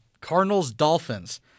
Cardinals-Dolphins